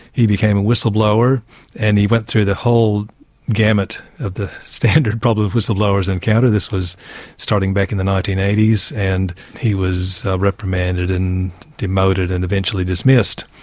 he became a whistleblower and he went through the whole gambit of the standard problems whistleblowers encounter, this was starting back in the nineteen eighty s, and he was reprimanded and demoted and eventually dismissed.